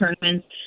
tournaments